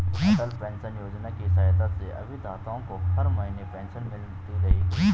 अटल pension योजना की सहायता से अभिदाताओं को हर महीने पेंशन मिलती रहेगी